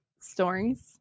stories